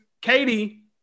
Katie